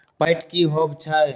Fat की होवछै?